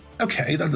okay